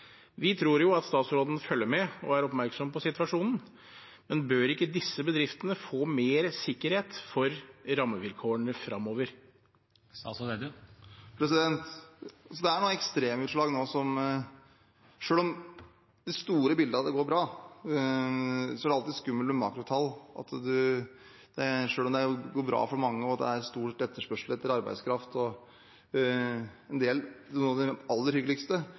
Vi tror jo at statsråden følger med og er oppmerksom på situasjonen, men bør ikke disse bedriftene få mer sikkerhet for rammevilkårene framover? Det er noen ekstremutslag nå. Selv om det store bildet er at det går bra, er det alltid skummelt med makrotall. Det går bra for mange, og det er stor etterspørsel etter arbeidskraft. Noe av det aller hyggeligste er at en del